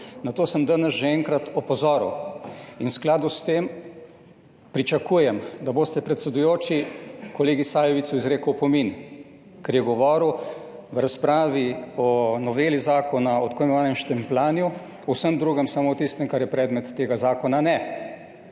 Na to sem danes že enkrat opozoril in v skladu s tem pričakujem, da boste, predsedujoči, kolegi Sajovicu izrekel opomin, ker je govoril v razpravi o noveli Zakona o tako imenovanem štempljanju, o vsem drugem, samo o tistem, kar je predmet tega zakona, ne.